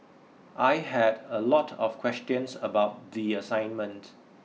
I had a lot of questions about the assignment